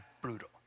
brutal